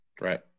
Right